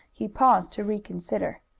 he paused to reconsider.